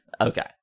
Okay